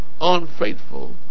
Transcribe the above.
Unfaithful